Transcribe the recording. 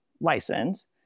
license